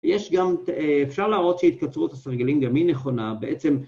יש גם, אפשר להראות שהתקצרות הסרגלים גם היא נכונה, בעצם...